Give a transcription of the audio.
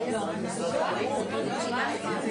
שאלה של מתי